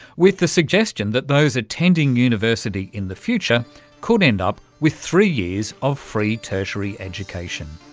with the suggestion that those attending university in the future could end up with three years of free tertiary education.